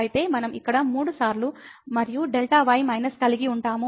అయితే మనం ఇక్కడ 3 సార్లు మరియు Δ y మైనస్ కలిగి ఉంటాము